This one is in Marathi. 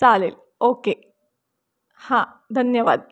चालेल ओके हां धन्यवाद